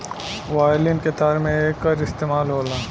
violin के तार में एकर इस्तेमाल होला